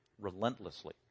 relentlessly